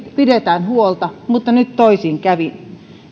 pidetään huolta mutta nyt toisin kävi